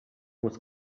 was